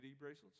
bracelets